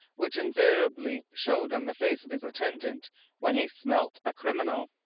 which invariably showed on the face of his attendant when he smelt a criminal.